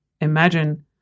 imagine